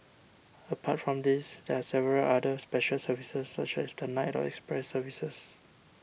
apart from these there are several other special services such as the night or express services